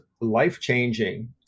life-changing